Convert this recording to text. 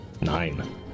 Nine